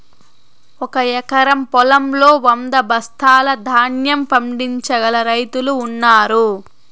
ఒక ఎకరం పొలంలో వంద బస్తాల ధాన్యం పండించగల రైతులు ఉన్నారు